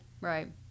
right